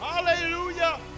Hallelujah